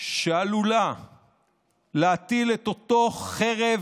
שעלולה להטיל את אותה חרב